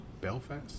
Belfast